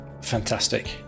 Fantastic